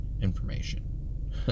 information